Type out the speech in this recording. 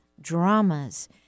dramas